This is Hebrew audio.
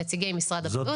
נציגי משרד הבריאות,